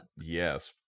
yes